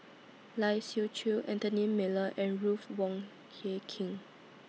Lai Siu Chiu Anthony Miller and Ruth Wong Hie King